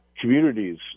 communities